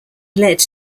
led